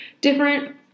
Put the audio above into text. different